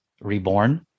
reborn